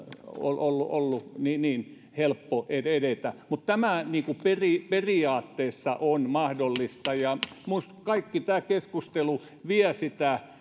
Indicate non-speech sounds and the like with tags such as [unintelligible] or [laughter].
ollut ollut niin niin helppo edetä mutta tämä periaatteessa on mahdollista ja minusta kaikki tämä keskustelu vie sitä [unintelligible]